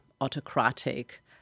autocratic